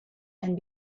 and